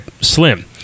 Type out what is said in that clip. slim